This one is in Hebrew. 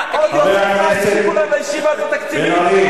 ברור לכולם שאנחנו לא עוסקים בדיור,